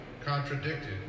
contradicted